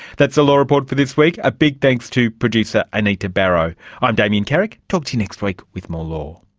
that's the law report for this week, a big thanks to producer anita barraudi'm um damien carrick talk to you next week with more law